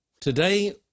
Today